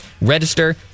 Register